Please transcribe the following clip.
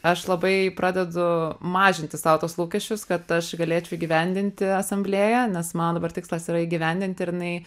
aš labai pradedu mažinti sau tuos lūkesčius kad aš galėčiau įgyvendinti asamblėją nes mano dabar tikslas yra įgyvendinti ir jinai